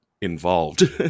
involved